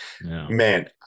Man